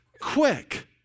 quick